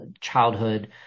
childhood